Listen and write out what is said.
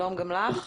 שלום לך.